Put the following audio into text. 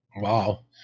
Wow